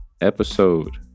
episode